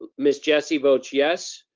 miss jessie votes yes.